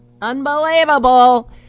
unbelievable